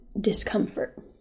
discomfort